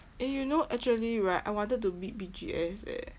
eh you know actually right I wanted to bid B_G_S eh